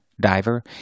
diver